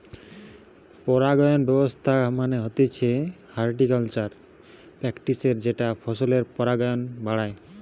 পরাগায়ন ব্যবস্থা মানে হতিছে হর্টিকালচারাল প্র্যাকটিসের যেটা ফসলের পরাগায়ন বাড়ায়